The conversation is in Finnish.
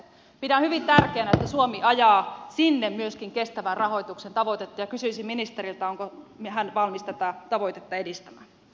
pidän hyvin tärkeänä että suomi ajaa sinne myöskin kestävän rahoituksen tavoitetta ja kysyisin ministeriltä onko hän valmis tätä tavoitetta edistämään